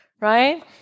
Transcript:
Right